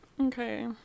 Okay